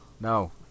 No